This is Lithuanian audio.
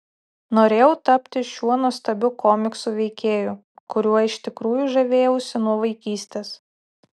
norėjau tapti šiuo nuostabiu komiksų veikėju kuriuo iš tikrųjų žavėjausi nuo vaikystės